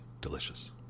delicious